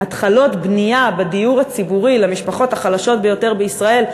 שזה התחלות בנייה בדיור הציבורי למשפחות החלשות ביותר בישראל,